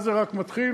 אז זה רק מתחיל,